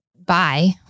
bye